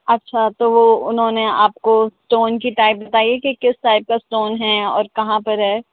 اچھا تو وہ انہوں نے آپ کو اسٹون کی سائز بتائی ہے کہ کس سائز کا اسٹون ہے اور کہاں پر ہے